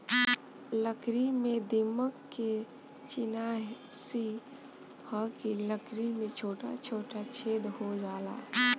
लकड़ी में दीमक के चिन्हासी ह कि लकड़ी में छोटा छोटा छेद हो जाला